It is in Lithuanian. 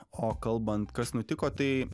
o kalbant kas nutiko tai